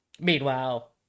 Meanwhile